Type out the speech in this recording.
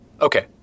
Okay